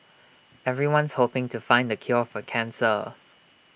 everyone's hoping to find the cure for cancer